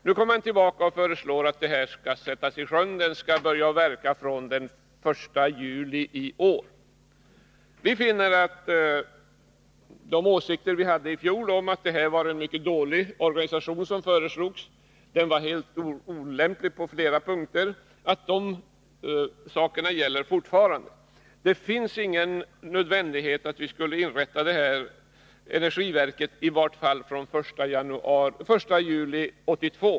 Nu kommer man tillbaka till riksdagen och föreslår att detta skall sättas i sjön och börja verka från den 1 juli i år. Vi socialdemokrater finner att de åsikter vi hade i fjol om att det var en mycket dålig organisation som föreslogs och att den var helt olämplig på flera punkter fortfarande är riktiga. Det är inte nödvändigt att nu inrätta detta energiverk, i vart fall inte från den 1 juli 1982.